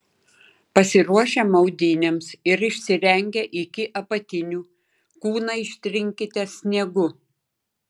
pasiruošę maudynėms ir išsirengę iki apatinių kūną ištrinkite sniegu